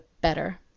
better